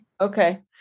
Okay